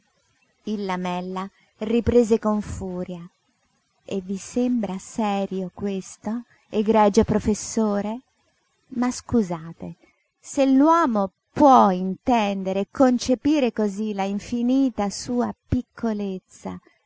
il lamella riprese con furia e vi sembra serio questo egregio professore ma scusate se l'uomo può intendere e concepire cosí la infinita sua piccolezza